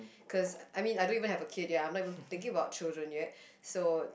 cause I mean I don't even have a kid ya I'm not even thinking about children yet so